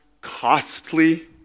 costly